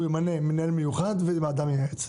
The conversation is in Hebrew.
הוא ימנה מנהל מיוחד ווועדה מייעצת.